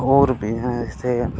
होर बिजनेस इत्थै